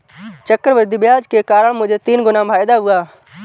चक्रवृद्धि ब्याज के कारण मुझे तीन गुना फायदा हुआ